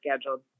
scheduled